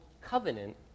covenant